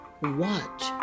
watch